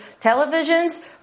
televisions